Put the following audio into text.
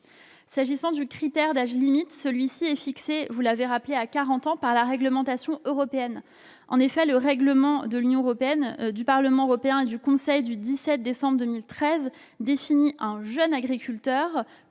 S'agissant du critère d'âge limite, il est fixé, vous l'avez rappelé, à quarante ans par la réglementation européenne. Effectivement, le règlement du Parlement européen et du Conseil du 17 décembre 2013 définit un jeune agriculteur